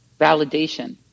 validation